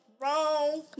Wrong